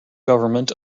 government